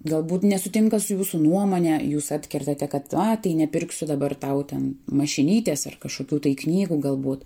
galbūt nesutinka su jūsų nuomone jūs atkertate kad va tai nepirksiu dabar tau ten mašinytės ar kažkokių tai knygų galbūt